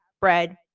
bread